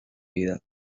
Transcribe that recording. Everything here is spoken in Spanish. vida